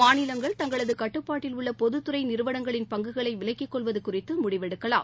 மாநிலங்கள் தங்களது கட்டுப்பாட்டில் உள்ள பொதுத்துறை நிறுவனங்களின் பங்குகளை விலக்கிக் கொள்வது குறித்து முடிவெடுக்கலாம்